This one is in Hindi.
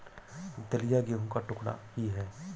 दलिया गेहूं का टुकड़ा ही है